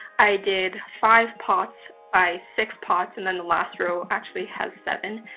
i did five pots by six pots, and then the last row actually has seven.